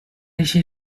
一些